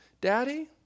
Daddy